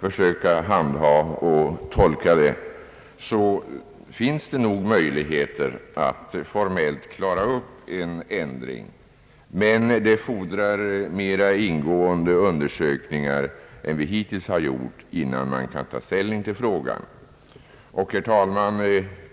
försöka tolka, har det visat sig att det nog finns möjligheter att formellt klara upp en ändring. Det fordras emellertid mera ingående undersökningar än vi hittills har gjort, innan man kan ta ställning till frågan.